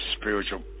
spiritual